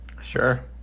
Sure